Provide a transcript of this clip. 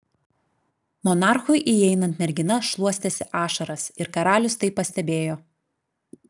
monarchui įeinant mergina šluostėsi ašaras ir karalius tai pastebėjo